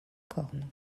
cornes